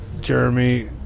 Jeremy